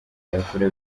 yakura